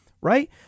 right